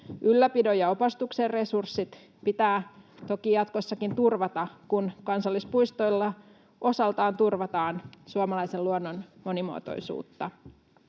Ylläpidon ja opastuksen resurssit pitää toki jatkossakin turvata, kun kansallispuistoilla osaltaan turvataan suomalaisen luonnon monimuotoisuutta.